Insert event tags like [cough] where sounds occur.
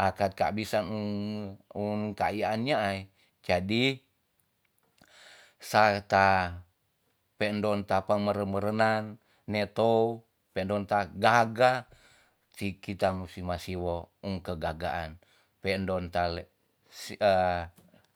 akat keabisan um- um ke ai iya an nyaai. jadi sata pe ndon tapa mere merenang ne tou pe'ndon ta gaga si kita mu si ma siwo um ke gaga an pe ndon tale s [hesitation]